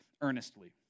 earnestly